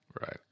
right